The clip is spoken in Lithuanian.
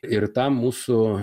ir tam mūsų